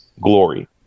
glory